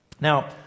Now